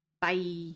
Bye